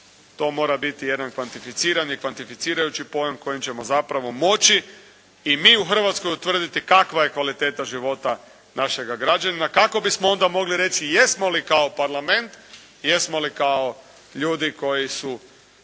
To mora biti jedan kvantificirani, kvantificirajući pojam kojim ćemo zapravo moći i mi u Hrvatskoj utvrditi kakva je kvaliteta života našega građanina kako bismo onda mogli reći jesmo li kao Parlament, jesmo li kao ljudi koji su